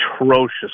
Atrocious